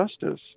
justice